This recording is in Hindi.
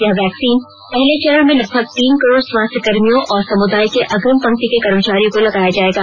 यह वैक्सीन पहले चरण में लगभग तीन करोड़ स्वास्थ्य कर्मियों और समुदाय के अग्रिम पंक्ति के कर्मचारियों को लगाया जाएगा